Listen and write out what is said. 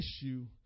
issue